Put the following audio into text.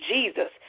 Jesus